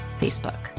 Facebook